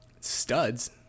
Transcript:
studs